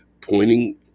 pointing